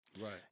Right